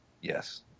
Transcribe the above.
Yes